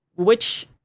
which,